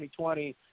2020